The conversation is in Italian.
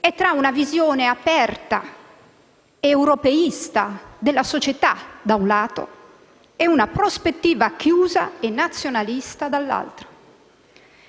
Lasciatemi dire, colleghi, che non passa giorno in cui io non mi capaciti di un errore così grande che l'Italia ha commesso nel bocciare la riforma.